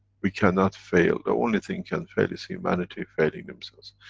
we cannot fail. the only thing can fail is humanity failing themselves.